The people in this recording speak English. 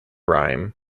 rhyme